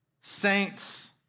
saints